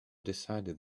decided